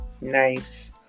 Nice